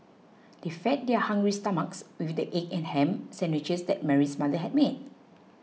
they fed their hungry stomachs with the egg and ham sandwiches that Mary's mother had made